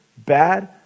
bad